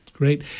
Great